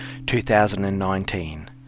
2019